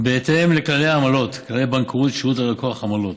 בהתאם לכללי העמלות (כללי הבנקאות שירות ללקוח) (עמלות),